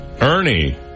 Ernie